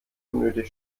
unnötig